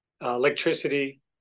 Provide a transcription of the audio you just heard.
electricity